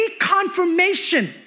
reconfirmation